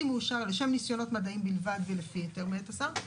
מאושר לשם ניסיונות מדעיים בלבד ולפי היתר מאת השר,